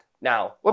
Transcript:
Now